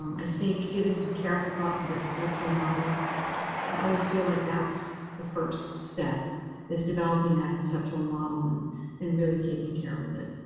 um i think giving some careful thought to the conceptual model i always feel like that's the first step is developing that conceptual modeling and really taking care with it.